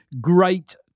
great